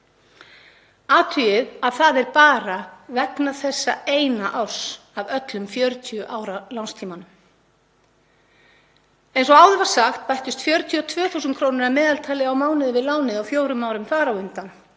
Athugið að það er bara vegna þessa eina árs af öllum 40 ára lánstímanum. Eins og áður var sagt bættust 42.000 kr. að meðaltali á mánuði við lánið á fjórum árunum þar á undan.